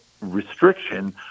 restriction